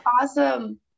awesome